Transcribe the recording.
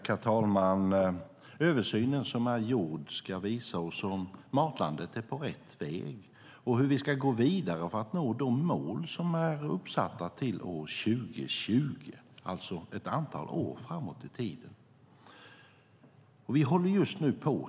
Herr talman! Översynen som är gjord ska visa oss om Matlandet är på rätt väg och hur vi ska gå vidare för att nå de mål som är uppsatta till år 2020. Det är alltså ett antal år framåt i tiden.